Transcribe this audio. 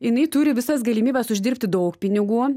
jinai turi visas galimybes uždirbti daug pinigų